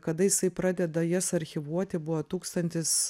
kada jisai pradeda jas archyvuoti buvo tūkstantis